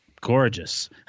gorgeous